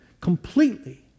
completely